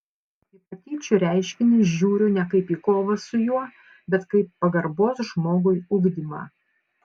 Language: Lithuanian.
į patyčių reiškinį žiūriu ne kaip į kovą su juo bet kaip pagarbos žmogui ugdymą